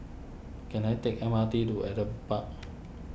can I take M R T to Adam Park